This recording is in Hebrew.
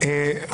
עכשיו.